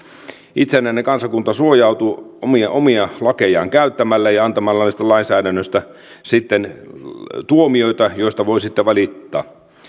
itsenäinen kansakunta suojautuu omia omia lakejaan käyttämällä ja antamalla lainsäädännöstä tuomioita joista voi sitten valittaa